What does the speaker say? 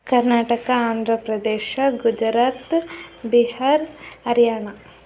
Karnataka Andhra Pradesh Gujarat Bihar Haryana